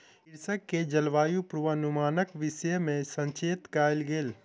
कृषक के जलवायु पूर्वानुमानक विषय में सचेत कयल गेल